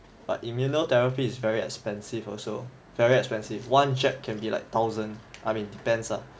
but immunotherapy is very expensive also very expensive one jet can be like thousand I mean depends lah